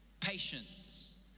patience